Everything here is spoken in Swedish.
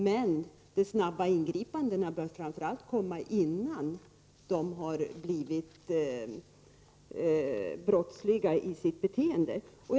Men de snabba ingripandena bör framför allt komma innan barnen har blivit brottsliga i sitt beteende.